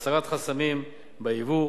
בהסרת חסמים ביבוא,